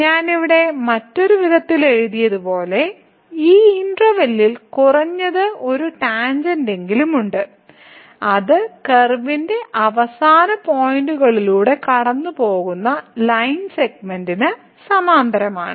ഞാൻ ഇവിടെ മറ്റൊരു വിധത്തിൽ എഴുതിയതുപോലെ ഈ ഇന്റെർവെല്ലിൽ കുറഞ്ഞത് ഒരു ടാൻജെന്റെങ്കിലും ഉണ്ട് അത് കർവിന്റെ അവസാന പോയിന്റുകളിലൂടെ കടന്നുപോകുന്ന ലൈൻ സെഗ്മെന്റിന് സമാന്തരമാണ്